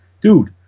dude